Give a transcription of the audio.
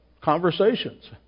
conversations